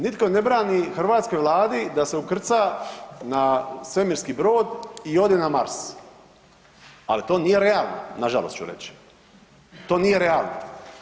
Nitko ne brani hrvatskoj vladi da se ukrca na svemirski brod i ode na Mars, ali to nije realno nažalost ću reći, to nije realno.